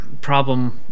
problem